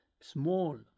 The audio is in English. small